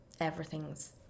everything's